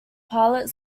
pilot